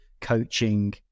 coaching